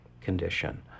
condition